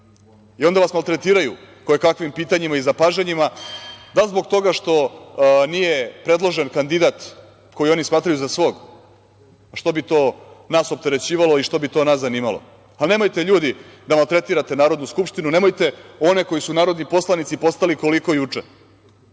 Onda nas maltretiraju kojekakvim pitanjima i zapažanjima, da li zbog toga što nije predložen kandidat kojeg oni smatraju za svog. Što bi to nas opterećivalo i što bi to nas zanimalo? Pa nemojte, ljudi, da maltretirate Narodnu skupštinu, nemojte one koji su narodni poslanici postali koliko juče,